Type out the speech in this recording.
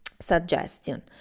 suggestion